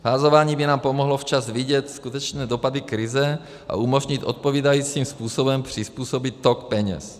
Fázování by nám pomohlo včas vidět skutečné dopady krize a umožnit odpovídajícím způsobem přizpůsobit tok peněz.